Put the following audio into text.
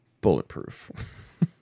Bulletproof